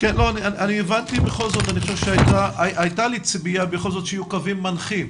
אני חושב שבכל זאת הייתה לי ציפייה שיהיו קווים מנחים.